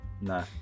No